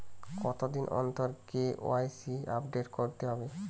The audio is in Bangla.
কতদিন অন্তর কে.ওয়াই.সি আপডেট করতে হবে?